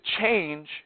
change